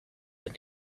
than